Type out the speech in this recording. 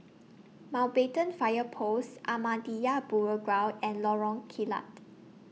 Mountbatten Fire Post Ahmadiyya Burial Ground and Lorong Kilat